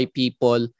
people